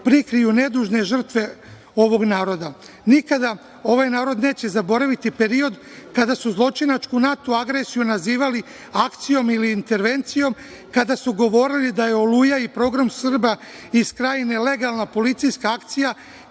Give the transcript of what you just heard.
prikriju nedužne žrtve ovog naroda. Nikada ovaj narod neće zaboraviti period kada su zločinačku NATO agresiju nazivali akcijom ili intervencijom, kada su govorili da je „Oluja“ i pogrom Srba iz Krajine legalna policijska akcija,